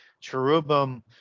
cherubim